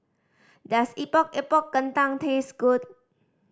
does Epok Epok Kentang taste good